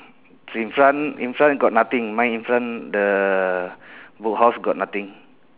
so in front in front got nothing mine in front the book house got nothing